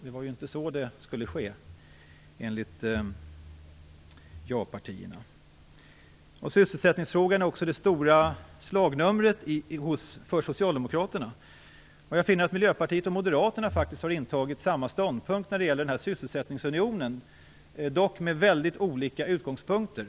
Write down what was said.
Det var inte så det skulle ske, enligt ja-partierna. Sysselsättningsfrågorna är också det stora slagnumret för Socialdemokraterna. Jag finner att Miljöpartiet och Moderaterna faktiskt intagit samma ståndpunkt när det gäller sysselsättningsunionen, dock med väldigt olika utgångspunkter.